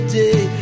day